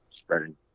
spreading